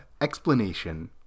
explanation